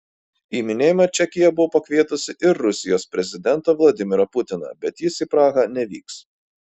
į minėjimą čekija buvo pakvietusi ir rusijos prezidentą vladimirą putiną bet jis į prahą nevyks